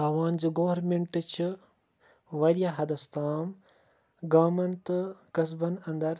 تھاوان زِ گورمیٚنٹ چھ واریاہ حدس تام گامَن تہٕ قَصبَن اَندَر